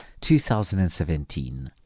2017